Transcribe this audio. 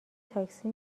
تاکسی